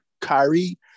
Kyrie